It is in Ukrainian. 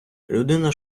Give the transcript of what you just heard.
людина